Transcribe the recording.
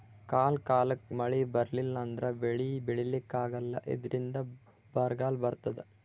ಕಾಲ್ ಕಾಲಕ್ಕ್ ಮಳಿ ಬರ್ಲಿಲ್ಲ ಅಂದ್ರ ಬೆಳಿ ಬೆಳಿಲಿಕ್ಕ್ ಆಗಲ್ಲ ಇದ್ರಿಂದ್ ಬರ್ಗಾಲ್ ಬರ್ತದ್